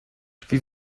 wie